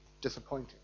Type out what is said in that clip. disappointing